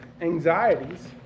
anxieties